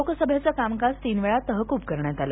लोकसभेचं कामकाज तीन वेळा तहकूब करण्यात आलं